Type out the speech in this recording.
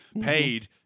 paid